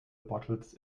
bottles